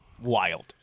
wild